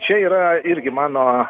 čia yra irgi mano